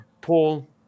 Paul